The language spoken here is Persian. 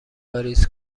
واریز